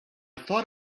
thought